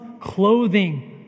clothing